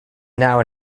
now